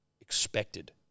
expected